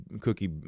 cookie